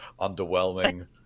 underwhelming